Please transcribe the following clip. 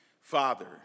Father